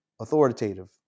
authoritative